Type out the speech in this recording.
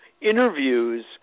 interviews